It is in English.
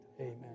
Amen